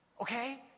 Okay